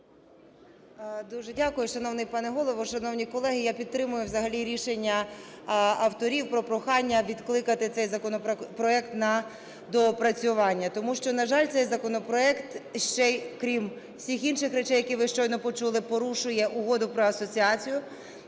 Дуже дякую. Шановний пане Голово, шановні колеги! Я підтримую взагалі рішення авторів про прохання відкликати цей законопроект на доопрацювання. Тому що, на жаль, цей законопроект ще й крім всіх інших речей, які ви щойно почули, порушує Угоду про асоціацію